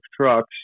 trucks